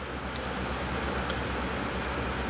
ya for sure and I've been lazy